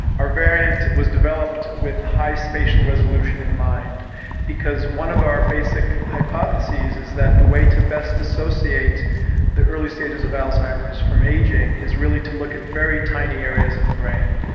our variant was developed with high spatial resolution in mind because one of our basic hypotheses is that the way to best dissociate the early stages of alzheimer's from ageing is really to look at very tiny areas of the brain.